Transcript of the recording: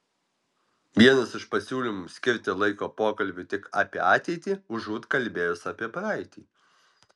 vienas iš pasiūlymų skirti laiko pokalbiui tik apie ateitį užuot kalbėjus apie praeitį